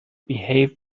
behave